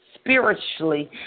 spiritually